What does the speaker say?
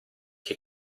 che